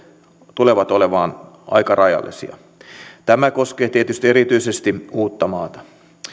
tulevat olemaan aika rajallisia tämä koskee tietysti erityisesti uuttamaata